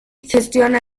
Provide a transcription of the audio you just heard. gestiona